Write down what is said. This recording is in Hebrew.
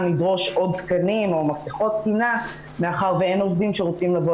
לדרוש עוד תקנים או מפתחות תקינה מאחר שאין עובדים שרוצים לבוא